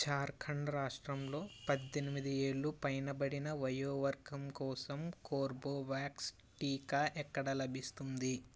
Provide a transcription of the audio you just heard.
ఝార్ఖండ్ రాష్ట్రంలో పద్దెనిమిది ఏళ్ళు పైనబడిన వయో వర్గం కోసం కోర్బేవ్యాక్స్ టీకా ఎక్కడ లభిస్తుంది